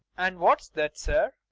and what's that, sir?